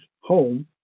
home